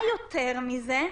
מה יותר מזה?